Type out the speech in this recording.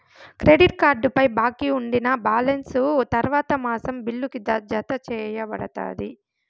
credit కార్డుపై బాకీ ఉండినా బాలెన్స్ తర్వాత మాసం బిల్లుకి, జతచేయబడతాది